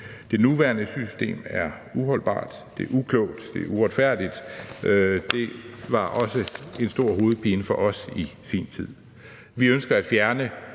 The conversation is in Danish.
Det nuværende system er uholdbart, det er uklogt, det er uretfærdigt. Det var også en stor hovedpine for os i sin tid. Vi ønsker at fjerne